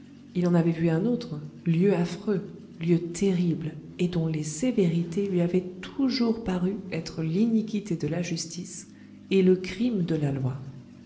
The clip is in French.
il en avait vu un autre lieu affreux lieu terrible et dont les sévérités lui avaient toujours paru être l'iniquité de la justice et le crime de la loi